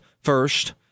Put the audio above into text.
first